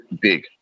big